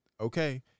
okay